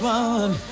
one